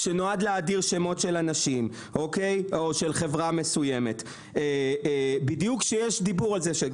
שנועד להאדיר שמות של אנשים או של חברה מסוימת בדיוק כשיש דיבור על זה.